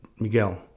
Miguel